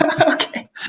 Okay